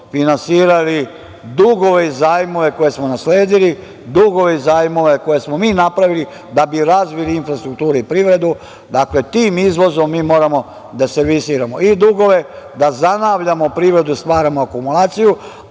finansirali dugove i zajmove koje smo nasledili, dugove i zajmove koje smo mi napravili da bi razvili infrastrukturu i privredu. Dakle, tim izvozom mi moramo da servisiramo i dugove, da zanavljamo privredu, stvaramo akumulaciju,